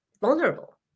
vulnerable